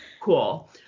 cool